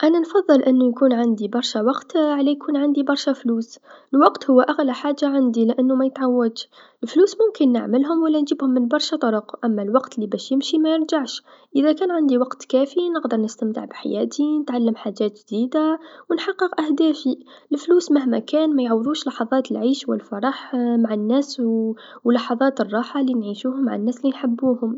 أنا نفضل يكون عندي برشا وقت على يكون عندي برشا فلوس، الوقت هو أغلى حاجه عندي لأنو ميتعوضش، الفلوس ممكن نعملهم و نجيبهم من برشا طرق أما الوقت باش يمشي ميرجعش، إذا كان عندي الوقت الكافي نقدر نستمتع بحياتي نتعلم حاجات جديدا و نحقق أهدافي، الفلوس مهما كان ميعوضوش لحظات العيش و الفرح مع الناس و لحظات الراحه لنعيشوهم مع الناس لنحبوهم.